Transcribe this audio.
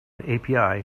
api